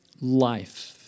life